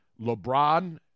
LeBron